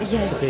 Yes